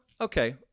okay